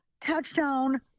touchdown